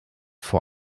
vor